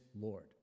Lord